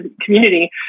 community